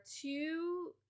two